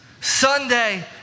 Sunday